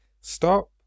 stop